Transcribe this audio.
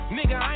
Nigga